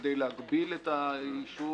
כדי להגביל את העישון,